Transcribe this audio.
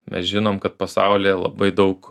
mes žinom kad pasaulyje labai daug